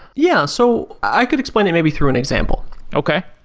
yeah, so i could explain it maybe through an example. okay.